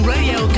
Radio